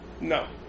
No